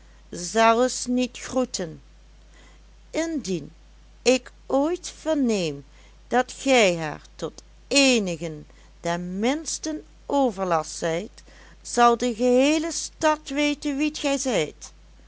zelfs niet groeten indien ik ooit verneem dat gij haar tot eenigen den minsten overlast zijt zal de geheele stad weten wie gij zijt